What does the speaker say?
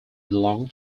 belonged